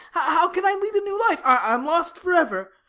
how can i lead a new life? i am lost forever.